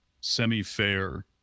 semi-fair